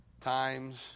times